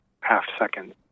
half-second